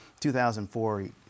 2004